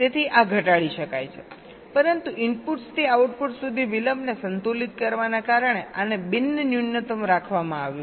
તેથી આ ઘટાડી શકાય છે પરંતુ ઇનપુટ્સથી આઉટપુટ સુધી વિલંબને સંતુલિત કરવાને કારણે આને બિન ન્યૂનતમ રાખવામાં આવ્યું છે